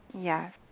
yes